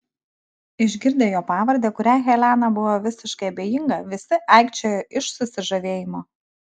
išgirdę jo pavardę kuriai helena buvo visiškai abejinga visi aikčiojo iš susižavėjimo